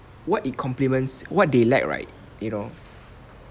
what it complements what they lack right you know